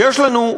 ויש לנו,